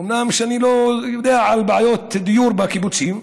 אומנם אני לא יודע על בעיות דיור בקיבוצים,